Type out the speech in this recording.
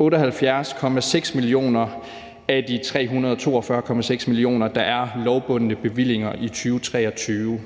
78,6 mio. kr. af de 342,6 mio. kr., der er lovbundne bevillinger i 2023.